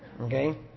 Okay